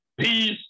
peace